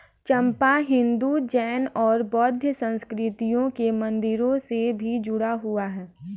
चंपा हिंदू, जैन और बौद्ध संस्कृतियों के मंदिरों से भी जुड़ा हुआ है